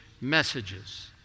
messages